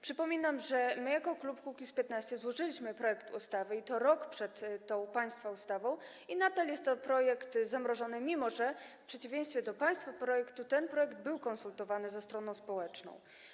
Przypominam, że jako klub Kukiz’15 złożyliśmy projekt ustawy, i to rok przed tą państwa ustawą, i nadal jest to projekt zamrożony, mimo że - w przeciwieństwie do państwa projektu - ten projekt był konsultowany ze stroną społeczną.